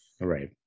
Right